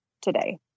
today